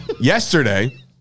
yesterday